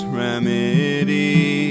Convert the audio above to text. remedy